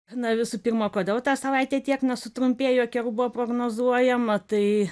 na visų pirma kodėl ta savaitė tiek nesutrumpėjo kiek buvo prognozuojama tai